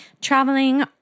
traveling